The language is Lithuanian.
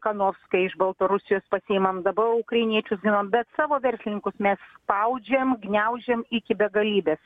ką nors kai iš baltarusijos pasiimam dabar ukrainiečius ginam bet savo verslininkus mes spaudžiam gniaužiam iki begalybės